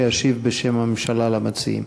שישיב בשם הממשלה למציעים.